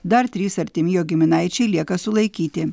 dar trys artimi jogiminaičiai lieka sulaikyti